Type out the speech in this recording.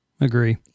Agree